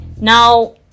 now